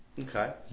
Okay